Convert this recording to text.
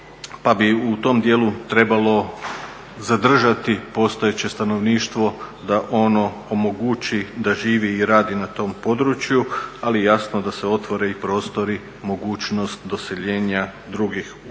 pa bi u tom dijelu trebalo zadržati postojeće stanovništvo da ono omogući da živi i radi na tom području, ali jasno da se otvore i prostori, mogućnost doseljenja drugih u